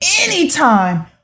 Anytime